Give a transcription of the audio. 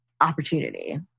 opportunity